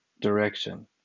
direction